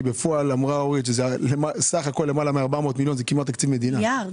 בפועל אמרה אורית שסך הכול למעלה מ-400 מיליארד זה כמעט תקציב מדינה.